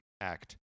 act